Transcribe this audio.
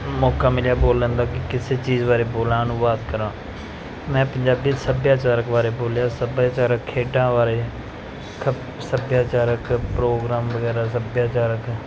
ਮੌਕਾ ਮਿਲਿਆ ਬੋਲਣ ਦਾ ਕਿ ਕਿਸੇ ਚੀਜ਼ ਬਾਰੇ ਬੋਲਾਂ ਅਨੁਵਾਦ ਕਰਾਂ ਮੈਂ ਪੰਜਾਬੀ ਸੱਭਿਆਚਾਰਕ ਬਾਰੇ ਬੋਲਿਆ ਸੱਭਿਆਚਾਰਕ ਖੇਡਾਂ ਬਾਰੇ ਖ ਸੱਭਿਆਚਾਰਕ ਪ੍ਰੋਗਰਾਮ ਵਗੈਰਾ ਸੱਭਿਆਚਾਰਕ